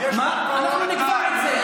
אנחנו נקבע את זה.